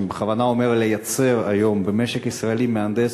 אני בכוונה אומר "לייצר היום" במשק הישראלי מהנדס,